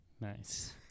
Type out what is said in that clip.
Nice